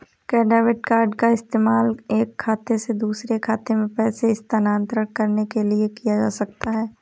क्या debit card का इस्तेमाल एक खाते से दूसरे खाते में पैसे स्थानांतरण करने के लिए किया जा सकता है?